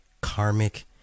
karmic